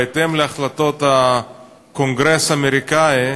בהתאם להחלטות הקונגרס האמריקני,